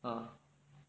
ah